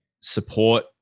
support